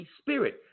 Spirit